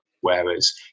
Whereas